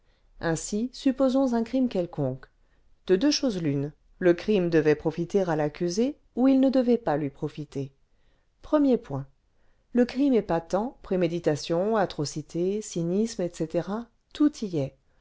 ainsi supposons un crime quelconque de deux choses l'une le crime devait profiter à l'accusé ou il ne devait pas lui profiter premier point le crime est patent préméditation atrocité cynisme etc tout y est